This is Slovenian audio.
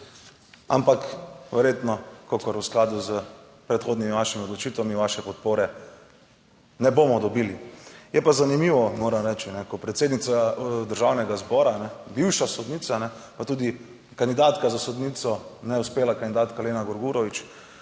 ampak verjetno, kakor v skladu s predhodnimi vašimi odločitvami, vaše podpore ne bomo dobili. Je pa zanimivo, moram reči, ko predsednica Državnega zbora, bivša sodnica, pa tudi kandidatka za sodnico, neuspela kandidatka Lena Grgurevič